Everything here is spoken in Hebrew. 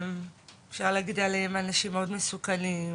שאפשר להגיד עליהם אנשים מאוד מסוכנים.